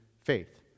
faith